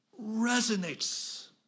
resonates